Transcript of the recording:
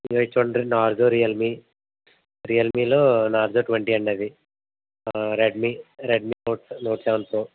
ఇవి చూడండి Narzo Realme రియల్మీలో నార్జో ట్వంటీ అండి అది Redmi Redmi note five note seven pro